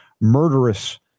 murderous